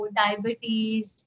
diabetes